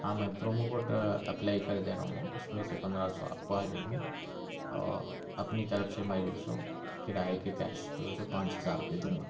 ہاں میں promo code apply کر دے رہا ہوں اس میں سے پندرہ سو آپ کو آ جائیں گے اپنی طرف سے میں جو ہے سو کرایے کے کیش جو ہے سو پانچ ہزار دوں گا